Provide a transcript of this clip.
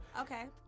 Okay